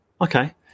Okay